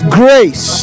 grace